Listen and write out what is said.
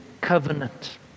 covenant